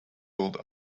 rolled